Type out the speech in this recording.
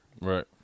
Right